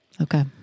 Okay